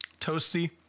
Toasty